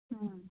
অঁ